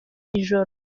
ijoro